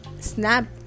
snap